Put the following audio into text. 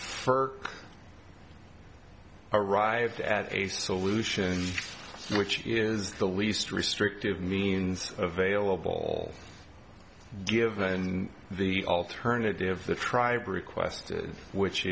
her arrived at a solution which is the least restrictive means available given the alternative the tribe requested which